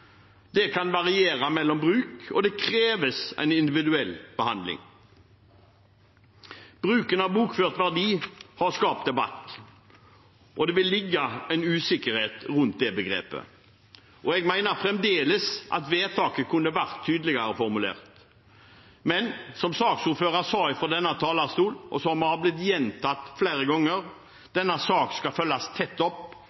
Det kan variere mellom bruk, og det kreves en individuell behandling. Bruken av «bokført verdi» har skapt debatt, og det vil ligge en usikkerhet rundt det begrepet, og jeg mener fremdeles at vedtaket kunne vært tydeligere formulert. Men som saksordføreren sa fra denne talerstol, og som har blitt gjentatt flere ganger: Denne saken skal følges tett opp,